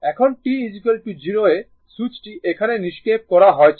এখন t 0 এ সুইচটি এখানে নিক্ষেপ করা হয়েছে